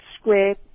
square